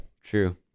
true